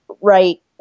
right